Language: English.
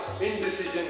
indecision